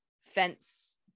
fence